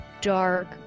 dark